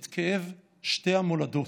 את כאב שתי המולדות,